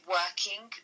working